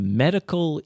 medical